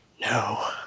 No